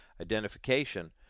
identification